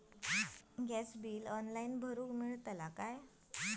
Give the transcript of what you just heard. Gas bill online भरुक मिळता काय?